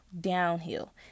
downhill